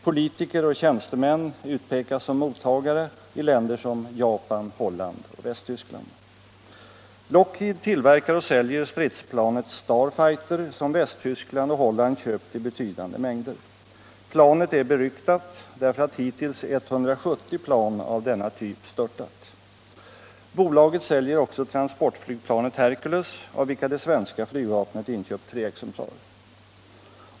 Politiker och tjänstemän i länder som Japan, Holland och Västtyskland utpekas som mottagare. Lockheed tillverkar och säljer stridsplanet Starfighter, som Västtyskland och Holland köpt i betydande mängder. Planet är beryktat därför att hittills 170 plan av denna typ störtat. Bolaget säljer också transportflygplanet Hercules, av vilket det svenska flygvapnet inköpt tre exemplar.